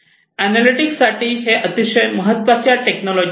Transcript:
analytics साठी हे अतिशय महत्त्वाच्या टेक्नॉलॉजी आहेत